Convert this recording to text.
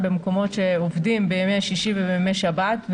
במקומות שעובדים בהם בימי שישי ושבת,